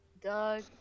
Doug